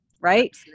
right